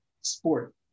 sport